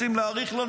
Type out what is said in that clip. רוצים להאריך לו,